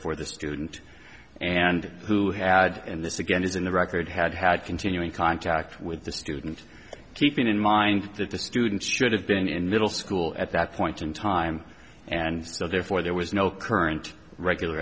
for the student and who had and this again is in the record had had continuing contact with the student keeping in mind that the student should have been in middle school at that point in time and so therefore there was no current regular